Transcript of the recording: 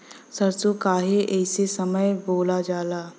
सरसो काहे एही समय बोवल जाला?